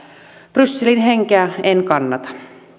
brysselin henkeä en kannata